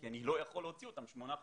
כי אני לא יכול להוציא אותם לשמונה חודשים.